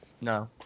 no